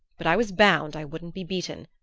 but i was bound i wouldn't be beaten,